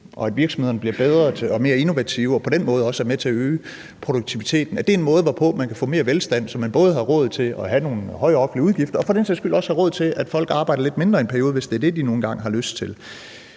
at virksomhederne bliver bedre og mere innovative og på den måde også er med at øge produktiviteten, er en måde, hvorpå man kan få mere velstand, så man både har råd til at have nogle høje offentlige udgifter og for den sags skyld også har råd til, at folk arbejder lidt mindre i en periode, hvis det er det, de nu engang har lyst til.